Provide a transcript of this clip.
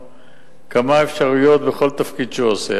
כמה אפשרויות בכל תפקיד שהוא עושה.